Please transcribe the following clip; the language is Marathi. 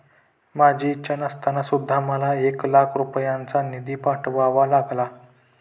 माझी इच्छा नसताना सुद्धा मला एक लाख रुपयांचा निधी पाठवावा लागला